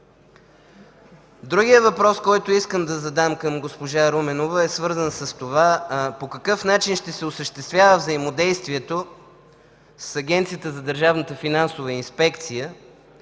Другият въпрос, който искам да задам към госпожа Руменова, е свързан с това по какъв начин ще се осъществява взаимодействието с Агенцията за държавната финансова инспекция